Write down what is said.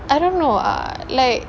I don't know ah like